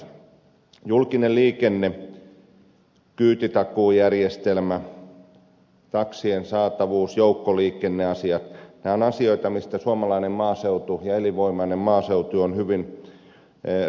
julkinen liikenne kyytitakuujärjestelmä taksien saatavuus joukkoliikenneasiat ovat asioita joista suomalainen elinvoimainen maaseutu on hyvin riippuvainen